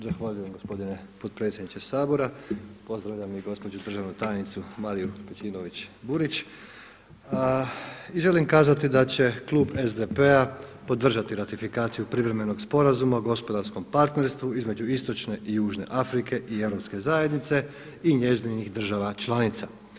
Zahvaljujem gospodine potpredsjedniče Sabora, pozdravljam i gospođu državnu tajnicu Mariju Pejčinović Burić i želim kazati da će klub SDP-a podržati ratifikaciju Privremenog sporazuma o gospodarskom partnerstvu između istočne i južne Afrike i Europske zajednice i njezinih država članica.